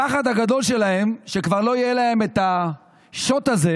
הפחד הגדול שלהם הוא שכבר לא יהיה להם השוט הזה,